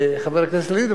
חבר הכנסת לוין,